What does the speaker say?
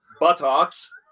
buttocks